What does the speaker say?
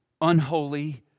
unholy